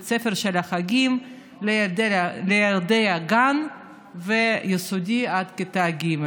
בית ספר של החגים לילדי הגן והיסודי עד כיתה ג'.